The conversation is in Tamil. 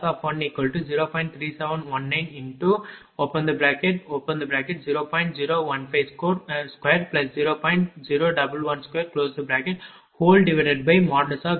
இதேபோல் QLoss10